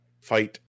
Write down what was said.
fight